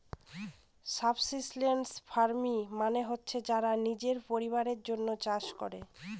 subsistence farming মানে হচ্ছে যারা নিজের পরিবারের জন্য চাষ করে